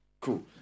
Cool